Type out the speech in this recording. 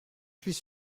suis